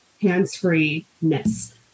hands-free-ness